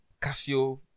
Casio